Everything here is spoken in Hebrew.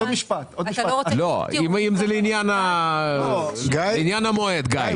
אם זה לעניין המועד בלבד.